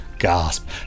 gasp